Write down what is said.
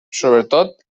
sobretot